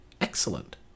excellent